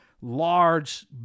large